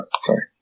Sorry